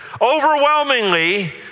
Overwhelmingly